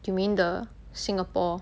you mean the Singapore